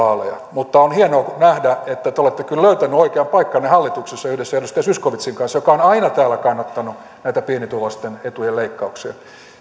mutta on hienoa nähdä että te olette kyllä löytäneet oikean paikkanne hallituksessa yhdessä edustaja zyskowiczin kanssa joka on on aina täällä kannattanut näitä pienituloisten etujen leikkauksia